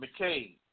McCain